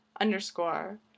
underscore